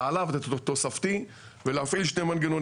עליו להוסיף את התוספתי ולהפעיל שני מנגנונים.